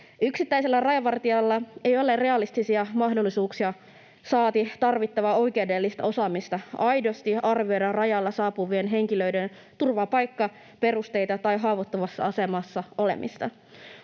Yksittäisellä rajavartijalla ei ole realistisia mahdollisuuksia saati tarvittavaa oikeudellista osaamista aidosti arvioida rajalle saapuvien henkilöiden turvapaikkaperusteita tai haavoittuvassa asemassa olemista.